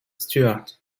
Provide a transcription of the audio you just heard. stuart